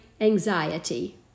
anxiety